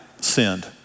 sinned